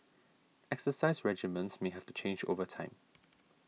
exercise regimens may have to change over time